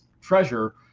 treasure